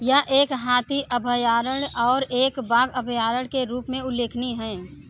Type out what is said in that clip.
यह एक हाथी अभयारण्य और एक बाघ अभयारण्य के रूप में उल्लेखनीय है